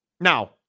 Now